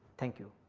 thank you.